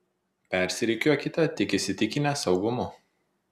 persirikiuokite tik įsitikinę saugumu